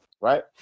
right